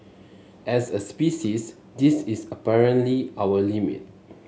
as a species this is apparently our limit